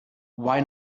why